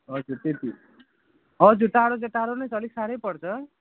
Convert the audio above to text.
हजुर त्यति हजुर टाढो चाहिँ टाढो नै छ अलिक साह्रै पर्छ